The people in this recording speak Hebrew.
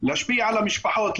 להשפיע על המשפחות,